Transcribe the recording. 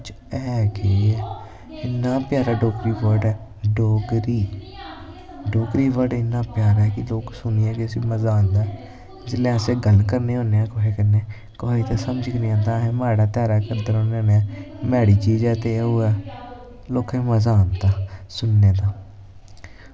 च है केह् ऐ इन्नी प्यारा डोगरी बर्ड ऐ डोगरी डोगरी बर्ड इन्ना प्यारा कि लोक सुनियै गै इसी मज़ा आंदा ऐ जिसलै अस गल्ल करने होन्ने आं कुसै कन्नै कुसे गी ते समझ गै नी आंदा ऐ अस माड़ा ताड़ा करदे रौह्न्ने होन्ने आं न्हाड़ी चीज़ ऐ ते ओह् ऐ लोकें मज़ा आंदा सुनने दा